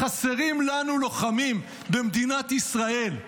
חסרים לנו לוחמים במדינת ישראל.